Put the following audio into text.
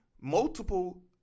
multiple